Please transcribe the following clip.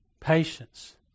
patience